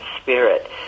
spirit